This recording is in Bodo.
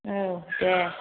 औ दे